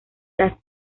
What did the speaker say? las